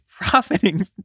profiting